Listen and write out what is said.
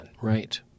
Right